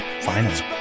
Finals